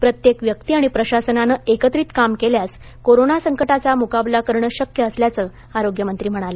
प्रत्येक व्यक्ती आणि प्रशासनानं एकत्रित काम केल्यास कोरोना संकटाचा मुकाबला करणं शक्य असल्याचं आरोग्यमंत्री म्हणाले